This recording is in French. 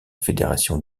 fédération